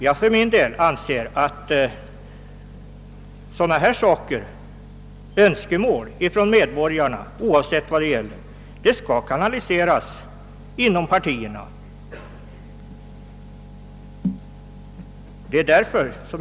Jag för min del anser att önskemål som framförts från medborgarna, oavsett vad de gäller, bör kanaliseras inom partierna.